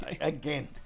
again